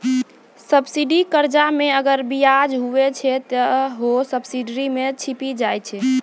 subsidy कर्जा मे अगर बियाज हुवै छै ते हौ सब्सिडी मे छिपी जाय छै